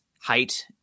height